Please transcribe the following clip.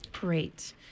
Great